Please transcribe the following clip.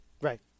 Right